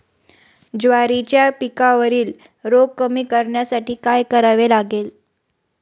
ज्वारीच्या पिकावरील रोग कमी करण्यासाठी काय करावे लागेल?